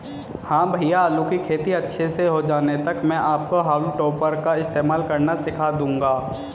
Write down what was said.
हां भैया आलू की खेती अच्छे से हो जाने तक मैं आपको हाउल टॉपर का इस्तेमाल करना सिखा दूंगा